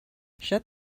shut